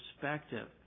perspective